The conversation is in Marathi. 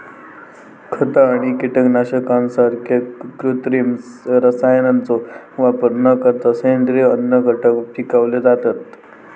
खता आणि कीटकनाशकांसारख्या कृत्रिम रसायनांचो वापर न करता सेंद्रिय अन्नघटक पिकवले जातत